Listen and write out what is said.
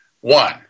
One